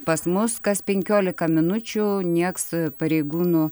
pas mus kas penkiolika minučių nieks su pareigūnu